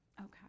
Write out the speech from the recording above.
Okay